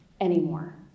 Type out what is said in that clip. anymore